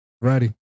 Ready